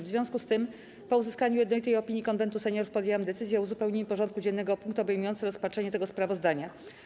W związku z tym, po uzyskaniu jednolitej opinii Konwentu Seniorów, podjęłam decyzję o uzupełnieniu porządku dziennego o punkt obejmujący rozpatrzenie tego sprawozdania.